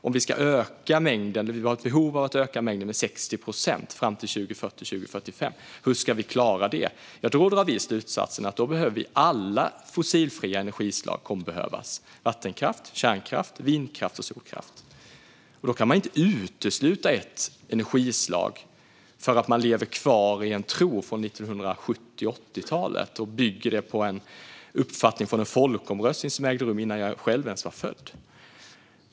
Om vi har ett behov av att öka mängden med 60 procent fram till 2040 eller 2045, hur ska vi klara det? Då drar vi slutsatsen att alla fossilfria energislag kommer att behövas: vattenkraft, kärnkraft, vindkraft och solkraft. Då kan man inte utesluta ett energislag för att man lever kvar i en tro från 1970 och 80-talen och bygger det på en uppfattning från en folkomröstning som ägde rum innan jag själv ens var född.